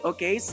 Okay